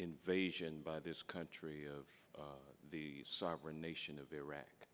invasion by this country of the sovereign nation of iraq